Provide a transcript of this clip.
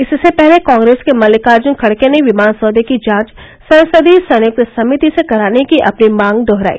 इससे पहले कांग्रेस के मल्लिकार्जन खड़गे ने विमान सौदे की जांच संसदीय संयुक्त समिति से कराने की अपनी मांग दोहराई